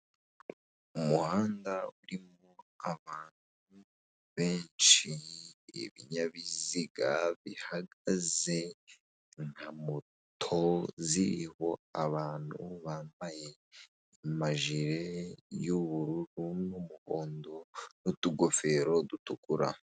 Umuhanda urimo abantu benshi ibinyabiziga bihagaze nka moto ziriho abantu bambaye amajire y'ubururu n'umuhondo n'utugofero dutukura.